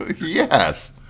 yes